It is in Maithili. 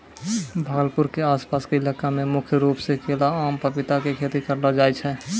भागलपुर के आस पास के इलाका मॅ मुख्य रूप सॅ केला, आम, पपीता के खेती करलो जाय छै